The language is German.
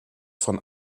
von